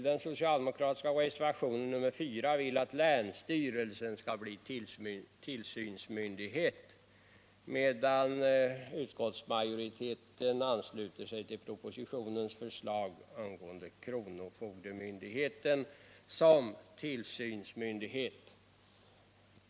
Denna socialdemokratiska reservation vill att länsstyrelsen skall bli tillsynsmyndighet, medan utskottsmajoriteten ansluter sig till propositionens förslag om kronofogdemyndigheten som tillsynsmyndighet.